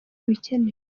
ibikenewe